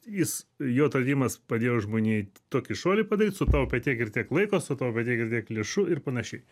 jis jo atradimas padėjo žmonijai tokį šuolį padaryt sutaupė tiek ir tiek laiko sutaupė tiek ir tiek lėšų ir panašiai